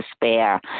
despair